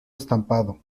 estampado